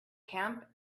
camp